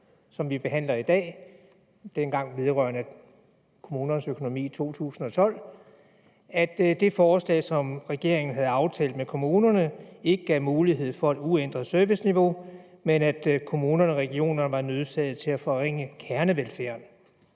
som vi behandler i dag – dengang vedrørende kommunernes økonomi i 2012 – at det forslag, som regeringen havde aftalt med kommunerne, ikke gav mulighed for et uændret serviceniveau, men at kommunerne og regionerne var nødsaget til at forringe kernevelfærden,